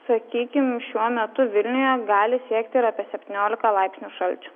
sakykim šiuo metu vilniuje gali siekti ir apie septyniolika laipsnių šalčio